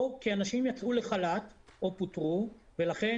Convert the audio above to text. או כי אנשים יצאו לחל"ת או פוטרו ולכן